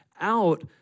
out